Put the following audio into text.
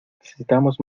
necesitamos